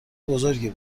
بزرگی